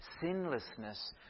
sinlessness